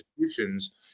institutions